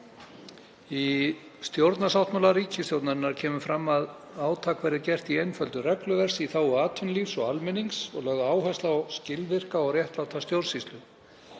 Í stjórnarsáttmála ríkisstjórnarinnar kemur fram að átak verði gert í einföldun regluverks í þágu atvinnulífs og almennings og áhersla lögð á skilvirka og réttláta stjórnsýslu.